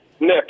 Nick